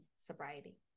sobriety